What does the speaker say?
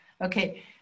Okay